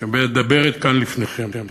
שמדברת כאן לפניכם.